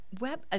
web